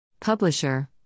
Publisher